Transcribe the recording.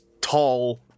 Tall